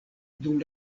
dum